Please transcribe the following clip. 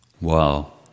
Wow